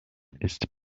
ist